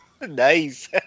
Nice